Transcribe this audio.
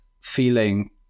feeling